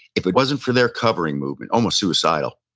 if it wasn't for their covering movement, almost suicidal,